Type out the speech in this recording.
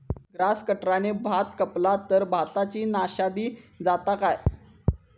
Grass कटराने भात कपला तर भाताची नाशादी जाता काय?